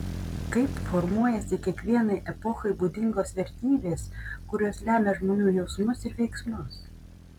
kaip formuojasi kiekvienai epochai būdingos vertybės kurios lemia žmonių jausmus ir veiksmus